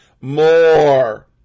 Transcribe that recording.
More